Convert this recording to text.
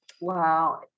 Wow